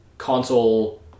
console